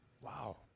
Wow